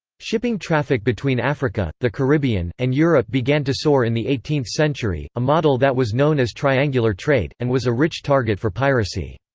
shipping traffic between africa, the caribbean, and europe began to soar in the eighteenth century, a model that was known as triangular trade, and was a rich target for piracy.